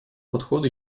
подхода